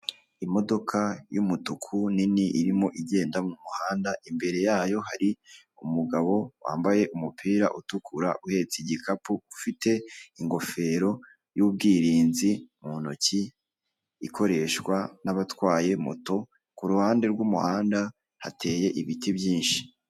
Imodoka y'umutuku nini irimo igenda mu muhanda, imbere yayo hari umugabo wambaye umupira utukura uhetse igikapu ufite ingofero y'ubwirinzi mu ntoki ikoreshwa n'abatwaye moto, ku ruhande rw'umuhanda hateye ibiti byinshi.